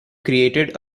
created